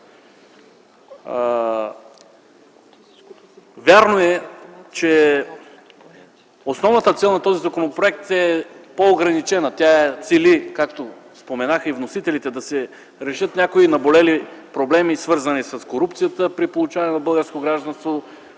Вярно е, че основната цел на този законопроект е по-ограничена. Тя е, както споменаха вносителите, да се решат някои наболели проблеми, свързани с корупцията при получаване на българско гражданство